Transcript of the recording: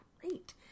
great